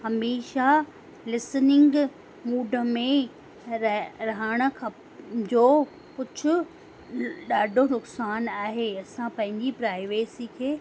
हमेशह listening mood में रह रहणु खपे जो कुझु ॾाढो नुकसानु आहे असां पंहिंजी प्राइवेसी खे